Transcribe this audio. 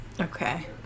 Okay